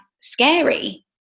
scary